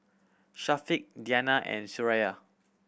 Syafiq Diyana and Suraya